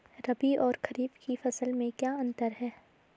रबी और खरीफ की फसल में क्या अंतर है?